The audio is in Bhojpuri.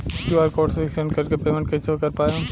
क्यू.आर कोड से स्कैन कर के पेमेंट कइसे कर पाएम?